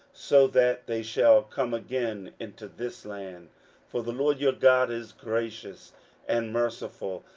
so that they shall come again into this land for the lord your god is gracious and merciful,